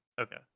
Okay